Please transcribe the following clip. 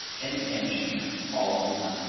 and engineer all in one!